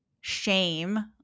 shame